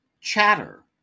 Chatter